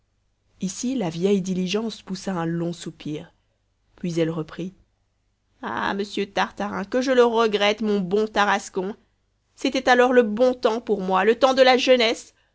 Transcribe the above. ici la vieille diligence poussa un long soupir puis elle reprit ah monsieur tartarin que je le regrette mon beau tarascon c'était alors le bon temps pour moi le temps de la jeunesse